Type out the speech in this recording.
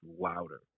louder